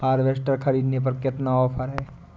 Harvester ख़रीदने पर कितनी का ऑफर है?